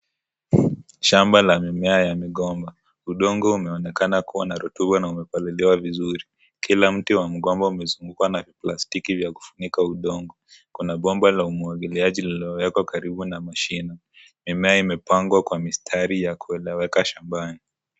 Shamba la mimea la migomba , udongo umeonekana kuwa na rotuba na umepaliliwa vizuri ,kila mti wa migomba umezungukwa na plastiki vya kufunika udongo. Kuna gomba la umwagiliaji loliloekwa karibu na mashine. Mimea imepangwa Kwa mistari ya kueleweka shambani.